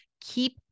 keep